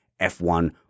F1